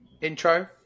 intro